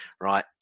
Right